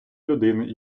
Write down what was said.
людини